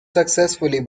successfully